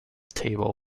table